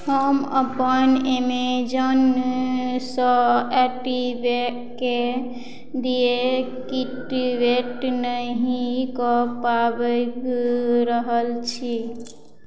हम अपन एमेजोन सँ के डिएक्टिवेट नहि कऽ पाबै रहल छी